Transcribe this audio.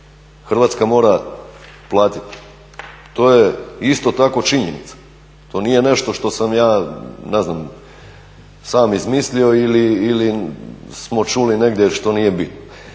Hrvatska mora platiti, to je isto tako činjenica, to nije nešto što sam ja, ne znam, sam izmislio ili smo čuli negdje što nije bitno.